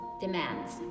demands